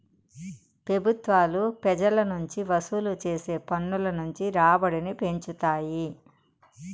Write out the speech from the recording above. పెబుత్వాలు పెజల నుంచి వసూలు చేసే పన్నుల నుంచి రాబడిని పెంచుతాయి